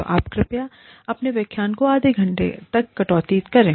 तो आप कृपया अपने व्याख्यान में आधे घंटे तक की कटौती करें